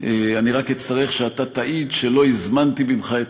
אני רק אצטרך שאתה תעיד שלא הזמנתי ממך את